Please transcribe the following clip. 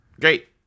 Great